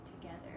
together